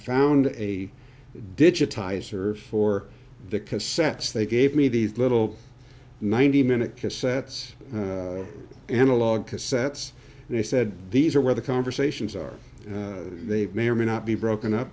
found a digitizer for the cassettes they gave me these little ninety minute cassettes analog cassettes and they said these are where the conversations are they may or may not be broken up